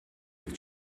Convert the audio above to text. with